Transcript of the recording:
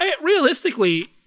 realistically